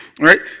right